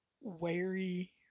wary